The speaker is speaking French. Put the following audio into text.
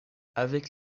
avec